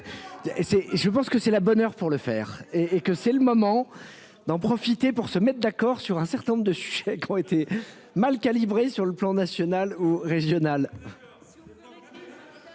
je pense que c'est la bonne heure pour le faire et et que c'est le moment d'en profiter pour se mettent d'accord sur un certain nombre de sujets qui ont été mal calibré sur le plan national ou régional.